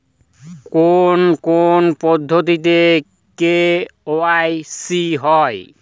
কোন কোন পদ্ধতিতে কে.ওয়াই.সি হয়?